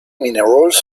minerals